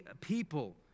people